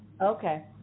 Okay